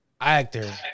actor